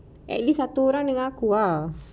at least satu orang dengan aku ah